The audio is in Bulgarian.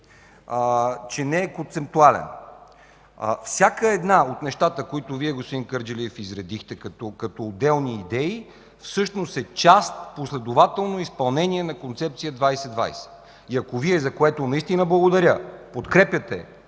че не е концептуален. Всяко едно от нещата, които Вие, господин Кърджалиев, изредихте като отделни идеи, всъщност е част от последователно изпълнение на концепция 2020. И ако Вие наистина подкрепяте